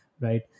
right